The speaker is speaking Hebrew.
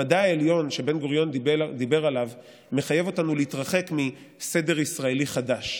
המדע העליון שבן-גוריון דיבר עליו מחייב אותנו להתרחק מסדר ישראלי חדש,